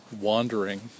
wandering